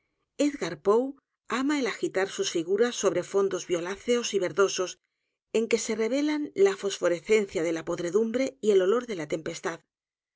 iidgar poe ama el agitar sus figuras sobre fondos violáceos y verdosos en que se revelan la fosforescencia de la podredumbre y el olor de la tempestad